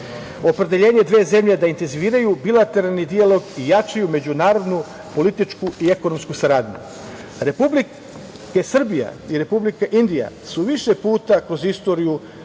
opredeljenje dve zemlje da intenziviraju bilateralni dijalog i jačaju međunarodnu političku i ekonomsku saradnju. Republika Srbija i Republika Indija su više puta kroz istoriju